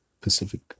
Pacific